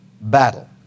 battle